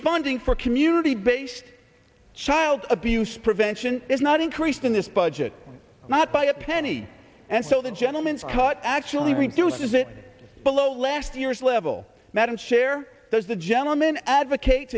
funding for community based child abuse prevention is not increased in this budget not by a penny and so the gentleman is caught actually reduces it below last year's level madam chair there's a gentleman advocate